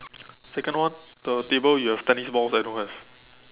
second one the table you have tennis balls I don't have